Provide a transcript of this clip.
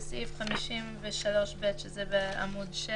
בסעיף 53(ב) בעמוד 7: